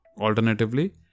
Alternatively